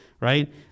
right